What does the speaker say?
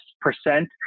percent